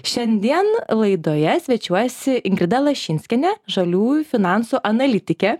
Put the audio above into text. šiandien laidoje svečiuojasi ingrida lašinskienė žaliųjų finansų analitikė